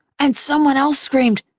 and someone else screamed,